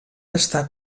està